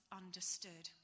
understood